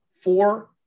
four